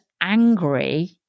angry